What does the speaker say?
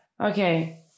Okay